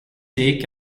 thee